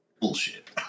bullshit